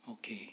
okay